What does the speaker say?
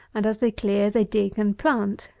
and, as they clear they dig and plant.